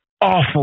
awful